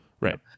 right